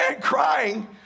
crying